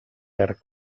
verd